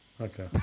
Okay